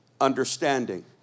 understanding